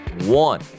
one